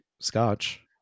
scotch